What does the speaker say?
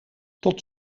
tot